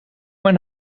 mijn